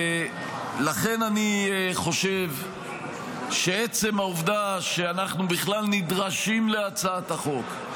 לכן אני חושב שעצם העובדה שאנחנו בכלל נדרשים להצעת החוק,